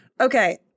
Okay